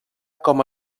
com